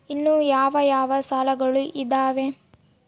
ಇನ್ನು ಯಾವ ಯಾವ ಸಾಲಗಳು ಇದಾವೆ?